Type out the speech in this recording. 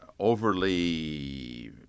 overly